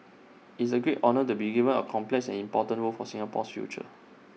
it's A great honour to be given A complex and important role for Singapore's future